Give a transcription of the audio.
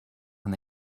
and